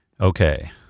Okay